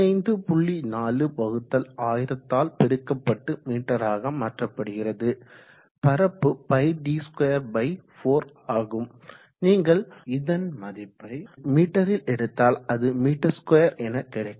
41000 ஆல் பெருக்கப்பட்டு மீட்டராக மாற்றப்படுகிறது பரப்பு πd24ஆகும் நீங்கள் இதன் மதிப்பை மீட்டரில் எடுத்தால் அது மீட்டர் ஸ்கொயர் என கிடைக்கும்